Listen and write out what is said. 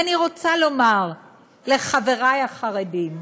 ואני רוצה לומר לחברי החרדים: